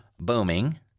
booming